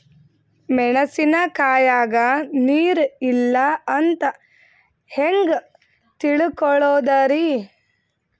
ಮೆಣಸಿನಕಾಯಗ ನೀರ್ ಇಲ್ಲ ಅಂತ ಹೆಂಗ್ ತಿಳಕೋಳದರಿ?